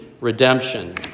redemption